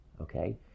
Okay